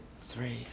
Three